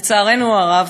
לצערנו הרב,